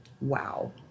Wow